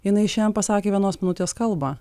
jinai šian pasakė vienos minutės kalbą